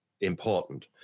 important